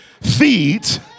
feeds